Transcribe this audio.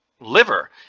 liver